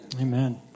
Amen